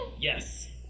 Yes